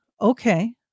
okay